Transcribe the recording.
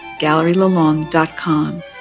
gallerylalong.com